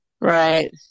Right